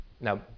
Now